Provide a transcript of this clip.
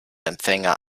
empfänger